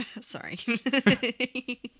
sorry